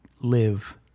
live